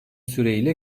süreyle